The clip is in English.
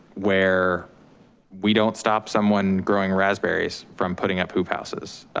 where we don't stop someone growing raspberries from putting up hoop houses.